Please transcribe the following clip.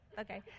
Okay